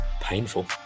painful